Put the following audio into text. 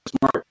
smart